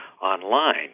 online